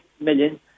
million